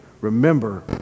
Remember